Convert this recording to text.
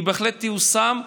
בהחלט תיושם.